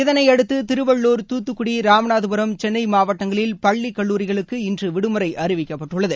இதனை அடுத்து திருவள்ளூர் தூத்துக்குடி ராமநாதபுரம் சென்னை மாவட்டங்களில் பள்ளி கல்லுாரிகளுக்கு இன்று விடுமுறை அறிவிக்கப்பட்டுள்ளது